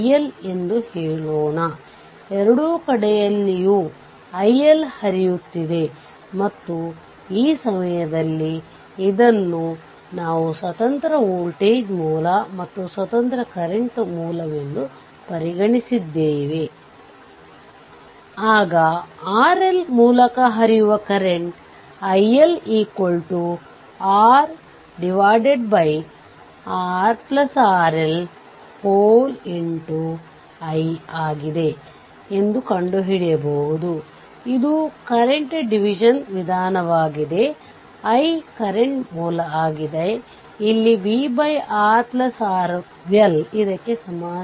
ಆದ್ದರಿಂದ ನೀವು ಎಲ್ಲಿಂದ VThevenin ಅಥವಾ Voc ಅನ್ನು ಪಡೆಯುತ್ತೀರಿ ಮತ್ತು ಇಲ್ಲಿ ಎಲ್ಲಾ ಸ್ವತಂತ್ರ ಮೂಲಗಳೊಂದಿಗೆ ರೇಖೀಯ ಸರ್ಕ್ಯೂಟ್ 0 ಗೆ ಸಮನಾಗಿರುತ್ತದೆ ಇದರರ್ಥ ಆಫ್ ಮಾಡಬೇಕಾಗಿದೆ ಮತ್ತು ಅದರ ನಂತರ RThevenin ಅಥವಾ R ಇನ್ಪುಟ್ಗೆ ಸಮಾನವಾದ ಪ್ರತಿರೋಧ ಯಾವುದು ಎಂದು ನೀವು ಕಂಡುಕೊಳ್ಳುತ್ತೀರಿ ಇದು ಟರ್ಮಿನಲ್ 1 ಮತ್ತು 2 ಮತ್ತು ಇಲ್ಲಿಯೂ ಸಹ ನೀವು VocVThevnin ಕಂಡುಹಿಡಿಯಬೇಕು ಅದು V 1 2 1 ಅನ್ನು ನಿಂದ ಮಾಡುತ್ತದೆ ಅದೇ ರೀತಿ V 1 2ಮಾಡಬಹುದು ಈಗ ನಾವು 2 ಪ್ರಕರಣಗಳನ್ನು ಪರಿಶೀಲಿಸೋಣ